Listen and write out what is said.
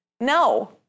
No